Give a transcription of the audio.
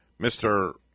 Mr